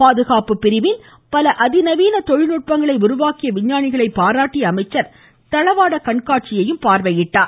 பாதுகாப்பு பிரிவில் பல அதி நவீன தொழில் நுட்பங்களை உருவாக்கிய விஞ்ஞானிகளை பாராட்டிய அமைச்சர் தளவாட கண்காட்சியையும் பார்வையிட்டார்